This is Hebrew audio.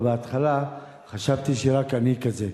ובהתחלה חשבתי שרק אני כזה.